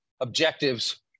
objectives